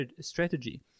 strategy